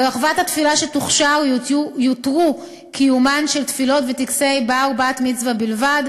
ברחבת התפילה שתוכשר יותר קיומן של תפילות וטקסי בר או בת מצווה בלבד,